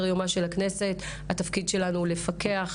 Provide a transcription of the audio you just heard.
התפקיד שלנו הוא לפקח,